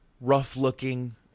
rough-looking